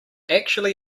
actually